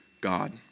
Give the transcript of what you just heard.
God